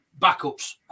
backups